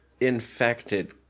infected